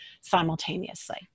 simultaneously